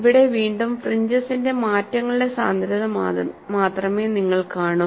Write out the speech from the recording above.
ഇവിടെ വീണ്ടും ഫ്രിഞ്ചസിന്റെ മാറ്റങ്ങളുടെ സാന്ദ്രത മാത്രമേ നിങ്ങൾ കാണൂ